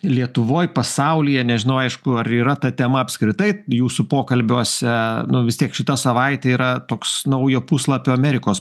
lietuvoj pasaulyje nežinau aišku ar yra ta tema apskritai jūsų pokalbiuose nu vis tiek šita savaitė yra toks naujo puslapio amerikos